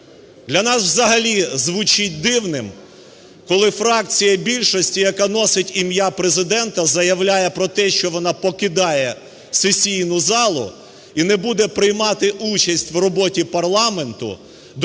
Для нас взагалі звучить дивним, коли фракція більшості, яка носить ім'я Президента, заявляє про те, що вона покидає сесійну залу і не буде приймати участь в роботі парламенту